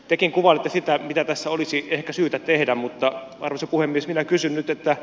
tekin kuvailitte sitä mitä tässä olisi ehkä syytä tehdä mutta arvoisa puhemies minä kysyn nyt